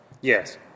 Yes